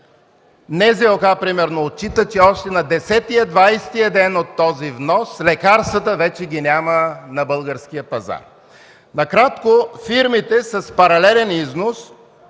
каса примерно отчита, че още на десетия-двадесетия ден от този внос лекарствата вече ги няма на българския пазар. Накратко фирмите с паралелен износ,